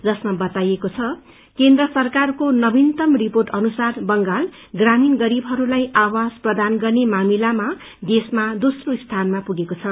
जसमा वताईएको छ केन्द्र सरकारको नवीनतम रिपोअ अनुसार बांगल ग्रामीण गरीबहरूलाई आवास प्रदान गर्ने मामिलामा देशमा दोम्रो स्थानमा पुगेको छ